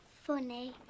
funny